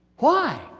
why?